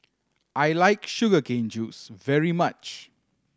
I like sugar cane juice very much